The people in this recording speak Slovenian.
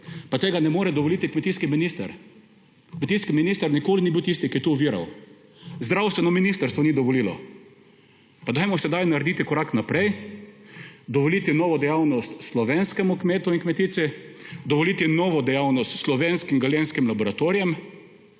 pa tega ne more dovoliti kmetijski minister. Kmetijski minister nikoli ni bil tisti, ki je tu oviral. Zdravstveno ministrstvo ni dovolilo. Pa dajmo sedaj narediti korak naprej, dovolite novo dejavnost slovenskemu kmetu in kmetici. Dovolite novo dejavnosti slovenskim galenskim laboratorijem